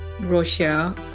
Russia